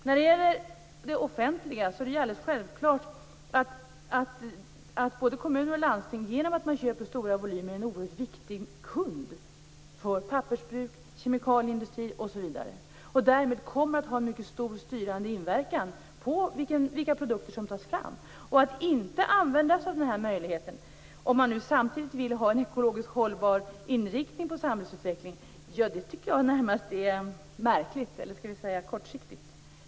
När det gäller det offentliga är det alldeles självklart att både kommuner och landsting genom att köpa stora volymer är oerhört viktiga kunder för pappersbruk, kemikalieindustrier osv. och att de därmed kommer att ha en mycket stor styrande inverkan på vilka produkter som tas fram. Att inte använda sig av den möjligheten - om man nu samtidigt vill ha en ekologiskt hållbar inriktning på samhällsutvecklingen - tycker jag närmast är märkligt, eller kortsiktigt.